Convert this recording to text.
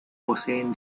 poseen